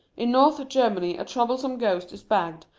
in north germany a troublesome ghost is bagged,